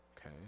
okay